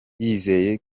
yizeye